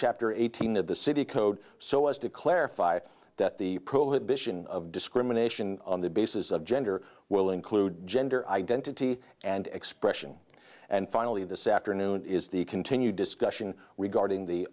chapter eighteen of the city code so as to clarify that the prohibition of discrimination on the basis of gender will include gender identity and expression and finally this afternoon is the continued discussion regarding the